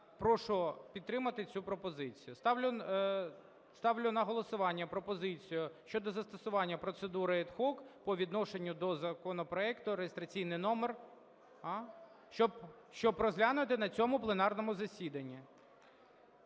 Прошу підтримати цю пропозицію. Ставлю на голосування пропозицію щодо застосування процедури ad hoc по відношенню до законопроекту реєстраційний номер… щоб розглянути на цьому пленарному засіданні.